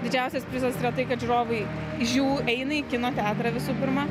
didžiausias prizas yra tai kad žiūrovai žiū eina į kino teatrą visų pirma